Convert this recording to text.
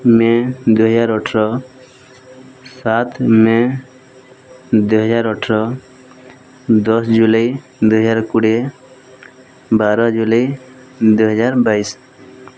ମେ ଦୁଇହଜାର ଅଠର ସାତ୍ ମେ ଦୁଇହଜାର ଅଠର ଦଶ୍ ଜୁଲାଇ ଦୁଇହଜାର କୋଡ଼ିଏ ବାର ଜୁଲାଇ ଦୁଇହଜାର ବାଇଶି